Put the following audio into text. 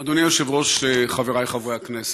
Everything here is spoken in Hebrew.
אדוני היושב-ראש, חבריי חברי הכנסת,